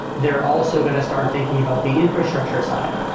they're also going to start thinking about the infrastructure side.